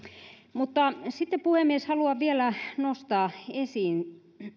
mutta sitten puhemies haluan vielä nostaa esiin